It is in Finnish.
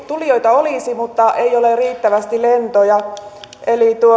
tulijoita olisi mutta ei ole riittävästi lentoja eli